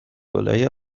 گـلای